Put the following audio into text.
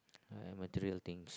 uh material things